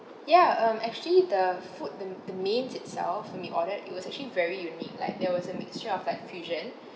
ya um actually the food the the mains itself when we ordered it was actually very unique like there was a mixture of like fusion